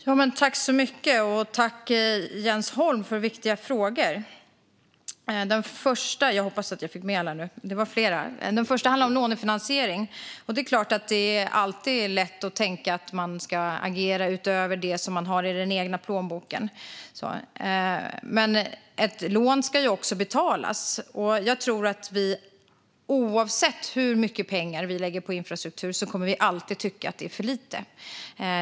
Fru talman! Jag tackar Jens Holm för viktiga frågor. Jag hoppas att jag fick med alla. Den första frågan handlade om lånefinansiering. Det är klart att det alltid är lätt att tänka att man ska agera utöver det som man har i den egna plånboken. Men ett lån ska också betalas. Jag tror att vi oavsett hur mycket pengar vi lägger på infrastruktur alltid kommer att tycka att det är för lite.